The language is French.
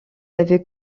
avait